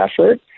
effort